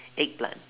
eggplant